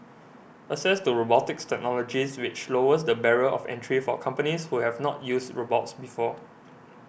access to robotics technologies which lowers the barrier of entry for companies who have not used robots before